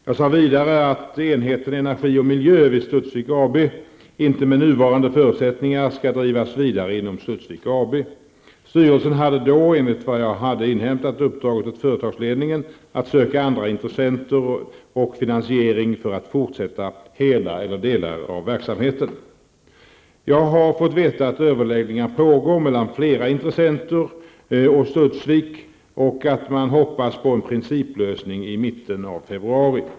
Jag sade vidare att enheten Energi och Miljö vid Studsvik AB inte med nuvarande förutsättningar skall drivas vidare inom Studsvik AB. Styrelsen hade då, enligt vad jag hade inhämtat, uppdragit åt företagsledningen att söka andra intressenter och finansiering för att fortsätta hela eller delar av verksamheten. Jag har fått veta att överläggningar pågår mellan flera intressenter och Studsvik och att man hoppas på en principlösning i mitten av februari.